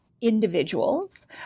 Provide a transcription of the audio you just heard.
individuals